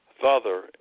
Father